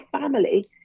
family